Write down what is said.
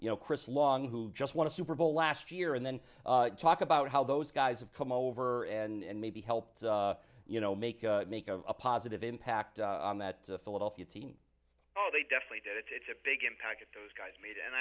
you know chris long who just won a super bowl last year and then talk about how those guys have come over and maybe help you know make make a positive impact on that philadelphia team they definitely did it it's a big impact those guys made and